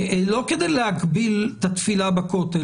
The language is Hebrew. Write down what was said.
לא כדי להגביל את התפילה בכותל,